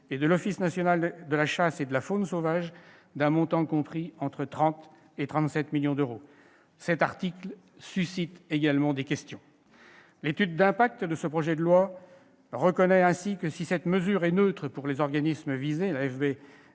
de l'Office national de la chasse et de la faune sauvage, l'ONCFS, pour un montant compris entre 30 millions et 37 millions d'euros. Cet article suscite également des questions. L'étude d'impact de ce projet de loi reconnaît ainsi que, si cette mesure est neutre pour les organismes visés- AFB